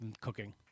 Cooking